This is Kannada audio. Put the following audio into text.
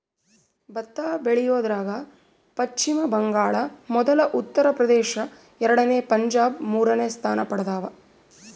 ಭತ್ತ ಬೆಳಿಯೋದ್ರಾಗ ಪಚ್ಚಿಮ ಬಂಗಾಳ ಮೊದಲ ಉತ್ತರ ಪ್ರದೇಶ ಎರಡನೇ ಪಂಜಾಬ್ ಮೂರನೇ ಸ್ಥಾನ ಪಡ್ದವ